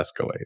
escalate